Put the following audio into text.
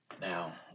Now